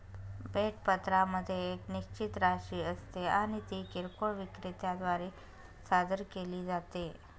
भेट पत्रामध्ये एक निश्चित राशी असते आणि ती किरकोळ विक्रेत्या द्वारे सादर केली जाते